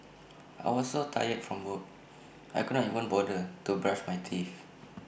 I was so tired from work I could not even bother to brush my teeth